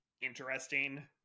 interesting